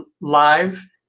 live